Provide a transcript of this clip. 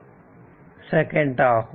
5 second ஆகும்